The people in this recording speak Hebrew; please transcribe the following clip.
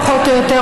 פחות או יותר,